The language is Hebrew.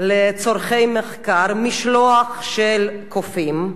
למעבדה באמריקה, לצורכי מחקר, משלוח של קופים.